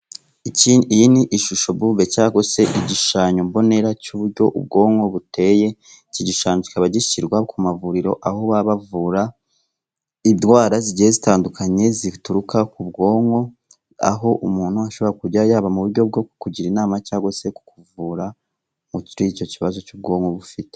Iyi ni ishushombumbe cyangwa se igishushanyombonera cy'uburyo ubwonko buteye, iki gishushanyo kikaba gishyirwa ku mavuriro aho baba bavura indwara zigiye zitandukanye zituruka ku bwonko, aho umuntu ashobora kujya yaba mu buryo bwo kukugira inama cyangwag se kukuvura, muri icyo kibazo cy'ubwonko uba ufite.